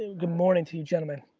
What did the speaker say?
good morning to you gentlemen.